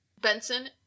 benson